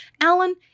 Alan